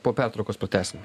po pertraukos pratęsim